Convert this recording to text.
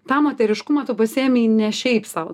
tą moteriškumą tu pasiėmei ne šiaip sau